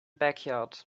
backyard